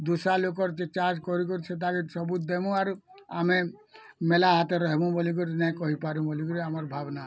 ଦୁସରା ଲୋକର୍ ଚାଷ୍ କରି କରି ସେଟାକେ ସବୁ ଦେମୋ ଆଡ଼ୁ ଆମେ ମେଲା ହାତରେ ନେବୁଁ ବୋଲି ନାଇଁ କହି ପାରିବୁ ବୋଲି କରି ଭାବନା ହେ